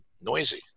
noisy